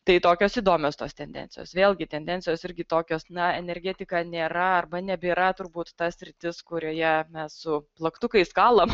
tai tokios įdomios tos tendencijos vėlgi tendencijos irgi tokios na energetika nėra arba nebėra turbūt ta sritis kurioje mes su plaktukais kalam